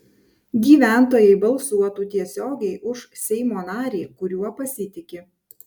gyventojai balsuotų tiesiogiai už seimo narį kuriuo pasitiki